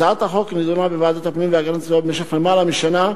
הצעת החוק נדונה בוועדת הפנים והגנת הסביבה למעלה משנה,